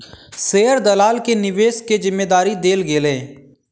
share दलाल के निवेश के जिम्मेदारी देल गेलै